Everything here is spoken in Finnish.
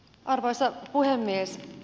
arvoisa puhemies